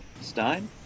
Stein